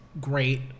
great